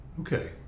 Okay